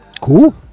Cool